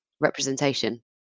representation